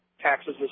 taxes